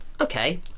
okay